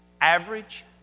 average